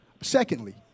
Secondly